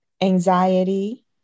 anxiety